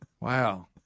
Wow